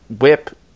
WHIP